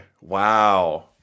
Wow